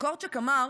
קורצ'אק אמר